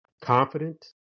confident